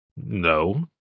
No